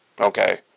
Okay